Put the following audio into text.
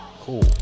Cool